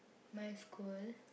my school